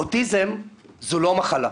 אוטיזם זו לא מחלה,